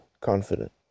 confident